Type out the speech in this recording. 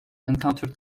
encountered